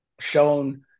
shown